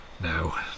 No